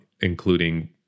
including